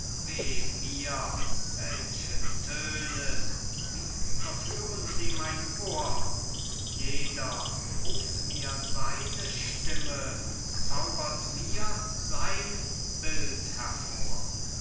mir welche töne wie verführen sie mein ohr jeder ruft mir seine stimme zaubert mir sein bild hervor